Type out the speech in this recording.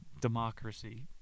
democracy